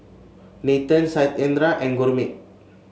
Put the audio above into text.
Nathan Satyendra and Gurmeet